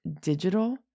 digital